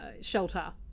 shelter